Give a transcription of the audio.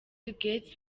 gates